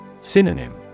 Synonym